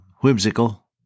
whimsical